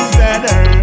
better